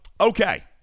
Okay